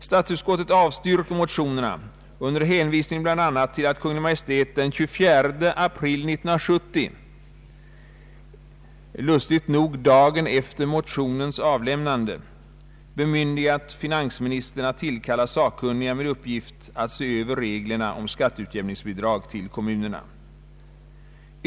Statsutskottet avstyrker motionerna under hänvisning bl.a. till att Kungl. Maj:t den 24 april 1970 — lustigt nog dagen efter motionens avlämnande — bemyndigat finansministern att tillkalla sakkunniga med uppgift att se över reglerna om skatteutjämningsbidrag till kommunerna.